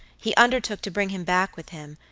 he undertook to bring him back with him,